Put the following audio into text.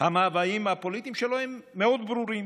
המאוויים הפוליטיים שלו הם מאוד ברורים.